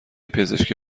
پزشکی